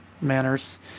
manners